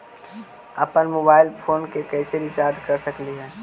अप्पन mobile phone के कैसे रिचार्ज कर सकली हे?